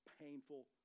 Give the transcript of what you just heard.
painful